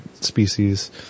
species